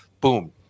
boom